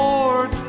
Lord